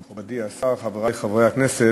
מכובדי השר, חברי חברי הכנסת,